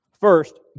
First